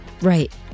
Right